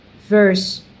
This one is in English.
verse